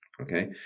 okay